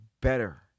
better